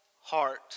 heart